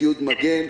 ציוד מגן,